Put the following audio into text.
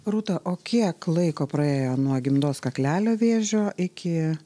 rūta o kiek laiko praėjo nuo gimdos kaklelio vėžio iki